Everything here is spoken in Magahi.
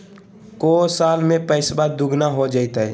को साल में पैसबा दुगना हो जयते?